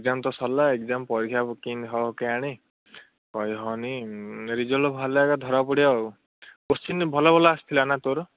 exam ତ ସରଲା exam ପରୀକ୍ଷା କେଁନ୍ତି ହେବ କେଜାଣି କହି ହେବ ନାଇଁ ରେଜଲ୍ଟ୍ ବାହାରିଲେ ଏକା ଧରାପଡ଼ିବା ଆଉ କୋଶ୍ଚିନ୍ ଭଲ ଭଲ ଆସିଥିଲା ନାଁ ତୋର